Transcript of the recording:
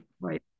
Right